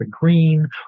Green